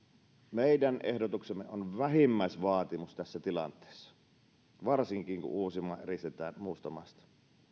meidän ehdotuksemme on vähimmäisvaatimus tässä tilanteessa varsinkin kun uusimaa eristetään muusta maasta